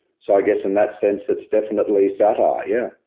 so i guess in that sense, that's definitely satire. yeah.